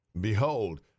Behold